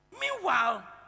Meanwhile